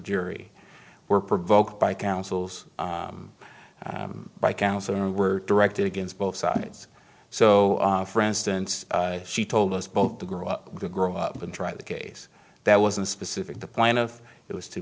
jury were provoked by councils by counsel or were directed against both sides so for instance she told us both to grow up to grow up and try the case that wasn't specific the plan of it was to